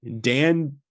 Dan